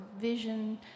vision